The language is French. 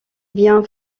vient